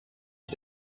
het